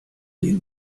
den